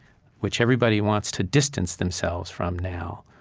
which everybody wants to distance themselves from now,